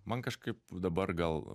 man kažkaip dabar gal